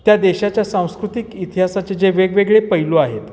त्या देशाच्या सांस्कृतिक इतिहासाचे जे वेगवेगळे पैलू आहेत